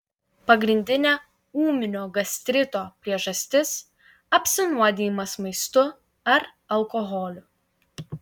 pagrindinė ūminio gastrito priežastis apsinuodijimas maistu ar alkoholiu